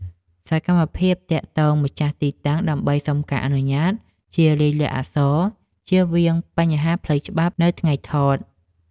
សកម្មភាពទាក់ទងម្ចាស់ទីតាំងដើម្បីសុំការអនុញ្ញាតជាលាយលក្ខណ៍អក្សរ ជៀសវាងបញ្ហាផ្លូវច្បាប់នៅថ្ងៃថត។